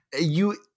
you-